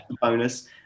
bonus